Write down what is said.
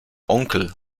onkel